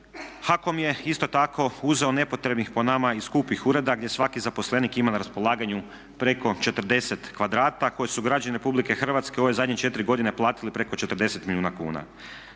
HAKOM je isto tako uzeo nepotrebnih po nama i skupih ureda gdje svaki zaposlenik ima na raspolaganju preko 40 kvadrata koje su građani Republike Hrvatske u ove zadnje 4 godine platili preko 40 milijuna kuna.